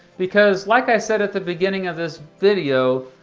because, like i said at the beginning of this video,